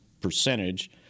percentage